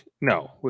No